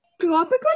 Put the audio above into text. Tropical